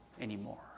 anymore